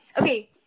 Okay